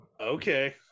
Okay